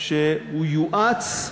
שהוא יואץ,